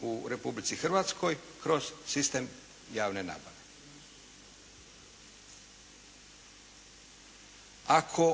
u Republici Hrvatskoj kroz sistem javne nabave. Ako